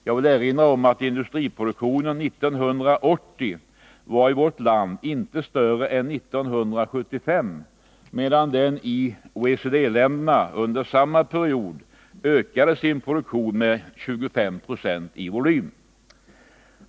Jag vill erinra om att industriproduktionen 1980 var i vårt land inte större än 1975 medan OECD-länderna under samma period ökade sin produktion med 25 96 i volym.